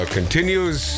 continues